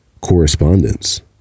correspondence